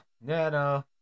No